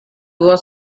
was